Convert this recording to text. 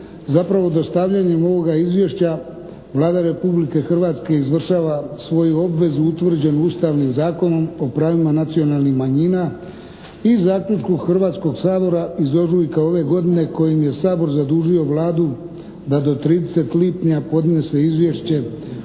zapravo dostavljanjem ovoga izvješća Vlada Republike Hrvatske izvršava svoju obvezu utvrđenu Ustavnim zakonom o pravima nacionalnih manjina i zaključku Hrvatskog sabora iz ožujka ove godine kojim je Sabor zadužio Vladu da do 30. lipnja podnese Izvješće